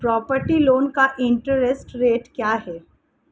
Property loan का interest rate क्या है?